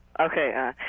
Okay